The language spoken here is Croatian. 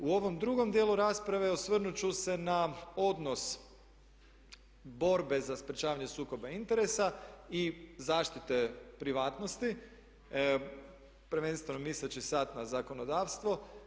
U ovom drugom dijelu raspravu osvrnut ću se na odnos borbe za sprječavanje sukoba interesa i zaštite privatnosti prvenstveno misleći sad na zakonodavstvo.